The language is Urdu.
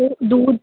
وہ دودھ